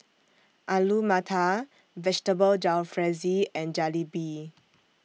Alu Matar Vegetable Jalfrezi and Jalebi